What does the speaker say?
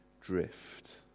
drift